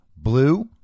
blue